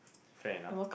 fair enough